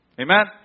Amen